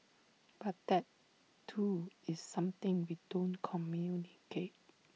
but that too is something we don't communicate